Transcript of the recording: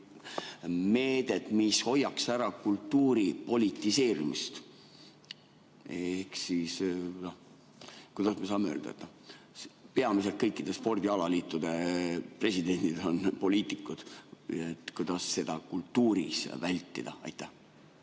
meedet, mis hoiaks ära kultuuri politiseerimist. Ütleme, me saame öelda, et peamiselt kõikide spordialaliitude presidendid on poliitikud. Kuidas seda kultuuris vältida? Aitäh!